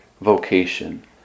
vocation